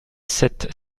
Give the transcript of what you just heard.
sept